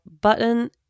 button